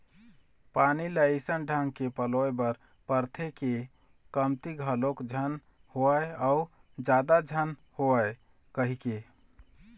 पानी ल अइसन ढंग के पलोय बर परथे के कमती घलोक झन होवय अउ जादा झन होवय कहिके